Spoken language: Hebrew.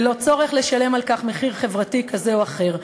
ללא צורך לשלם על כך מחיר חברתי כזה או אחר.